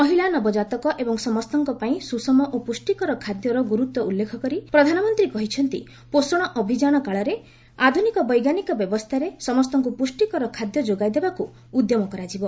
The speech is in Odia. ମହିଳା ନବଜାତକ ଏବଂ ସମସ୍ତଙ୍କ ପାଇଁ ସୁଷମ ଓ ପୁଷ୍ଟିକର ଖାଦ୍ୟର ଗୁରୁତ୍ୱ ଉଲ୍ଲ୍ଲେଖ କରି ପ୍ରଧାନମନ୍ତ୍ରୀ କହିଛନ୍ତି ପୋଷଣ ଅଭିଯାନ କାଳରେ ଆଧୁନିକ ବୈଜ୍ଞାନିକ ବ୍ୟବସ୍ଥାରେ ସମସ୍ତଙ୍କୁ ପୁଷ୍ଠିକର ଖାଦ୍ୟ ଯୋଗାଇ ଦେବାକୁ ଉଦ୍ୟମ କରାଯିବ